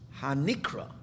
hanikra